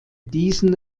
diesen